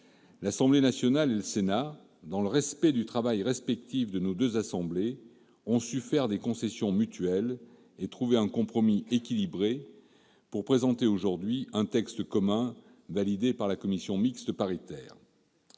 L'Assemblée nationale et le Sénat, dans le respect du travail respectif de nos deux assemblées, ont su faire des concessions mutuelles et trouver un compromis équilibré pour présenter aujourd'hui un texte commun validé par la commission mixte paritaire.